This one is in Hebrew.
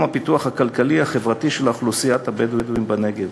הפיתוח הכלכלי החברתי של אוכלוסיית הבדואים בנגב.